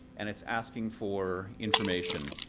and it's asking for information